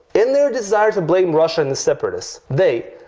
in their desire to blame russia and the separatists they,